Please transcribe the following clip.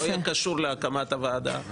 זה לא יהיה קשור להקמת הוועדה.